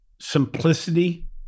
simplicity